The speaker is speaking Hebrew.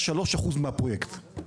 000 יחידות דיור -- עזוב את השנתיים האחרונות.